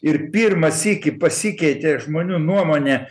ir pirmą sykį pasikeitė žmonių nuomonė